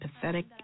pathetic